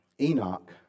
Enoch